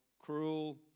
cruel